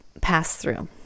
pass-through